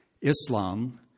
Islam